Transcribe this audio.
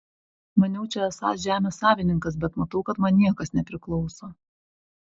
maniau čia esąs žemės savininkas bet matau kad man niekas nepriklauso